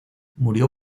murió